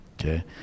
okay